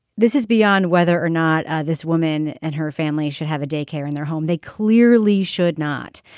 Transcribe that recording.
this is beyond whether or not this woman and her family should have a daycare in their home. they clearly should not.